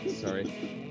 sorry